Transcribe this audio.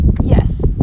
yes